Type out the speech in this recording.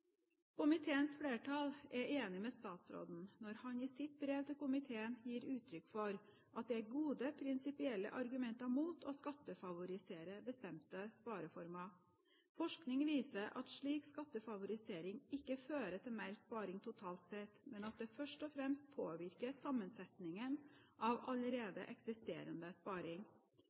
Komiteens flertall er enig med statsråden når han i sitt brev til komiteen gir uttrykk for at det er gode prinsipielle argumenter mot å skattefavorisere bestemte spareformer. Forskning viser at slik skattefavorisering ikke fører til mer sparing totalt sett, men at det først og fremst påvirker sammensetningen av allerede eksisterende sparing.